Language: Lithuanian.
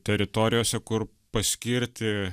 teritorijose kur paskirti